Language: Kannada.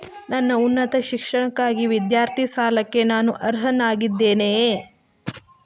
ನನ್ನ ಉನ್ನತ ಶಿಕ್ಷಣಕ್ಕಾಗಿ ವಿದ್ಯಾರ್ಥಿ ಸಾಲಕ್ಕೆ ನಾನು ಅರ್ಹನಾಗಿದ್ದೇನೆಯೇ?